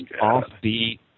offbeat